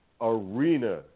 arena